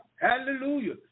hallelujah